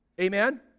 Amen